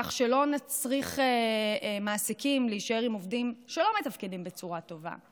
כך שלא נצריך מעסיקים להישאר עם עובדים שלא מתפקדים בצורה טובה.